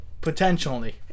potentially